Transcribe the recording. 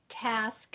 Task